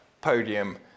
podium